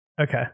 Okay